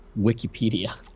Wikipedia